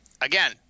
again –